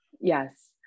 Yes